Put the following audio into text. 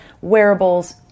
wearables